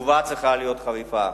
התגובה צריכה להיות חריפה.